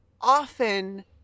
often